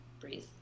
breathe